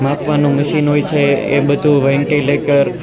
માપવાનું મશીન હોય છે એ બધું વેન્ટિલેટર